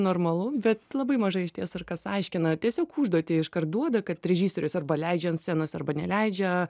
normalu bet labai mažai išties ir kas aiškina tiesiog užduotį iškart duoda kad režisierius arba leidžia ant scenos arba neleidžia